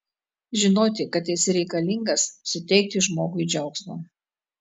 žinoti kad esi reikalingas suteikti žmogui džiaugsmo